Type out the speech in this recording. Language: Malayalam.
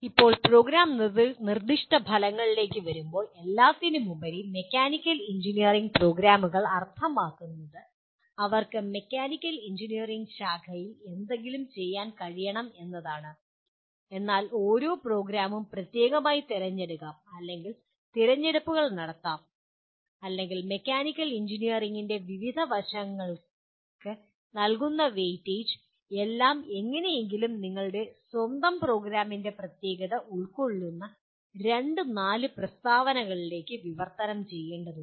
ഇപ്പോൾ പ്രോഗ്രാം നിർദ്ദിഷ്ട ഫലങ്ങളിലേക്ക് വരുമ്പോൾ എല്ലാത്തിനുമുപരി മെക്കാനിക്കൽ എഞ്ചിനീയറിംഗ് പ്രോഗ്രാമുകൾ അർത്ഥമാക്കുന്നത് അവർക്ക് മെക്കാനിക്കൽ എഞ്ചിനീയറിംഗ് വിജ്ഞാനശാഖയിൽ എന്തെങ്കിലും ചെയ്യാൻ കഴിയണം എന്നാണ് എന്നാൽ ഓരോ പ്രോഗ്രാമും പ്രത്യേകമായി തിരഞ്ഞെടുക്കാം അല്ലെങ്കിൽ ചില തിരഞ്ഞെടുപ്പുകൾ നടത്താം അല്ലെങ്കിൽ മെക്കാനിക്കൽ എഞ്ചിനീയറിംഗിന്റെ വിവിധ വശങ്ങൾക്ക് നൽകുന്ന വെയിറ്റേജ് എല്ലാം എങ്ങനെയെങ്കിലും നിങ്ങളുടെ സ്വന്തം പ്രോഗ്രാമിന്റെ പ്രത്യേകത ഉൾക്കൊള്ളുന്ന രണ്ട് നാല് പ്രസ്താവനകളിലേക്ക് വിവർത്തനം ചെയ്യേണ്ടതുണ്ട്